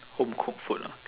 home cooked food lah